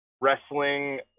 wrestling